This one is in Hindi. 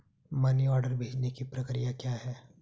मनी ऑर्डर भेजने की प्रक्रिया क्या है?